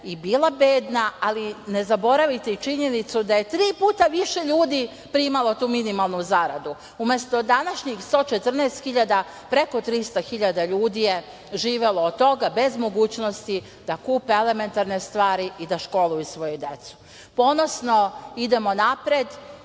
i bila bedna, ali ne zaboravite i činjenicu da je tri puta više ljudi primalo tu minimalnu zaradu. Umesto današnjih 114.000, preko 300.000 ljudi je živelo od toga, bez mogućnosti da kupe elementarne stvari i da školuju svoju decu. Ponosno idemo napred.